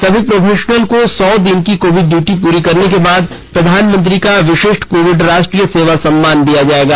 सभी प्रोफेशनल को सौ दिन की कोविड ड्यूटी पूरी करने के बाद प्रधानमंत्री का विशिष्ट कोविड राष्ट्रीय सेवा सम्मान दिया जाएगा